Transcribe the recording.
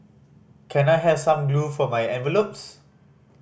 can I have some glue for my envelopes